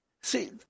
See